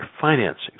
financing